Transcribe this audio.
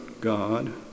God